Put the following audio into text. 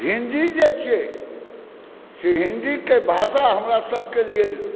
हिन्दी जे छिए से हिन्दीके भाषा हमरा सबके लेल